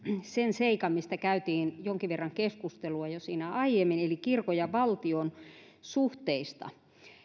sen seikan mistä käytiin jonkin verran keskustelua jo siinä aiemmin eli kirkon ja valtion suhteista